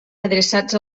adreçats